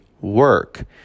work